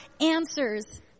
answers